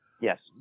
Yes